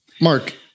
Mark